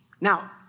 Now